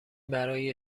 برای